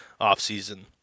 offseason